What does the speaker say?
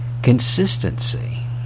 consistency